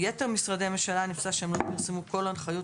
ביתר משרדי הממשלה נמצא שהם לא פרסמו כל הנחיות